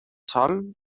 sol